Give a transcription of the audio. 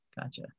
Gotcha